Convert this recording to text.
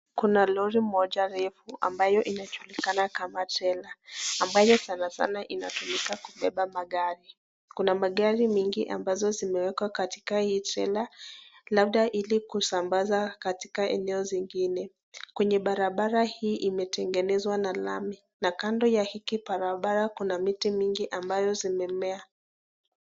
Kuna lori moja refu ambayo inajulikana kama trela ambayo sana sana inatumika kubeba magari. Kuna magari mingi ambazo zimewekwa katika hii trela labda ili kusambaza katika eneo zingine. Kwenye barabara hii imetengenezwa na lami na kando ya hiki barabara kuna miti mingi ambazo zimemea.